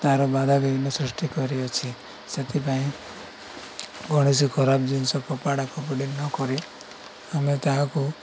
ତାର ବାଧା ବିଘ୍ନ ସୃଷ୍ଟି କରିଅଛି ସେଥିପାଇଁ କୌଣସି ଖରାପ ଜିନିଷ ଫୋପାଡ଼ାଫୋପୁଡ଼ି ନକରି ଆମେ ତାହାକୁ